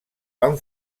van